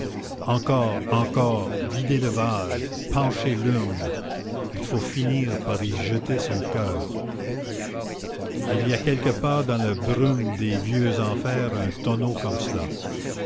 encore encore videz le vase penchez l'urne il faut finir par y jeter son coeur il y a quelque part dans la brume des vieux enfers un tonneau comme cela